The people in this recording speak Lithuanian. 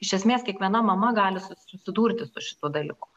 iš esmės kiekviena mama gali susi susidurti su šituo dalyku